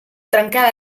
trencar